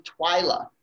Twyla